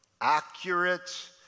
accurate